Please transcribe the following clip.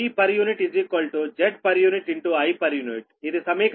ఇది సమీకరణం 8